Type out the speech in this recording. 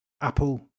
Apple